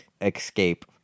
escape